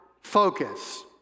focus